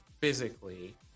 physically